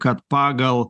kad pagal